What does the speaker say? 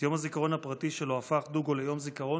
את יום הזיכרון הפרטי שלו הפך דוגו ליום זיכרון